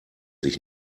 sich